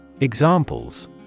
Examples